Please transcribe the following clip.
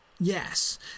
Yes